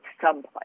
someplace